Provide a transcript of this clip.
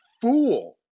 fool